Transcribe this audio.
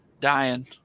dying